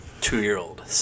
two-year-old